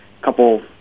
couple